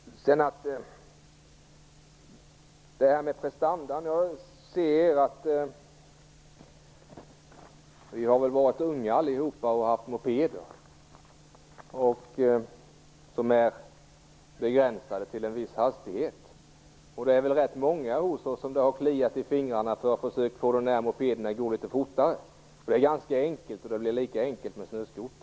När det gäller prestanda vill jag säga att vi har väl varit unga allihop, och haft mopeder som varit begränsade till en viss hastighet. Det är väl rätt många av oss som det har kliat i fingrarna på för att försöka få de där mopederna att gå litet fortare. Det är ganska enkelt, och det är lika enkelt med snöskotrar.